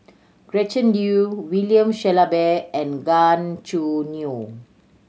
Gretchen Liu William Shellabear and Gan Choo Neo